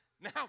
Now